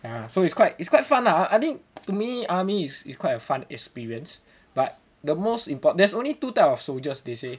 ya so it's quite it's quite fun lah I think to me army is is quite a fun experience but the most impor~ there's only two types of soldiers they say